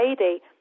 lady